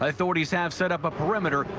a authorities have set up a perimeter.